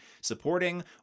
supporting